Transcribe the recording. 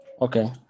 Okay